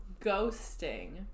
ghosting